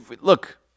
look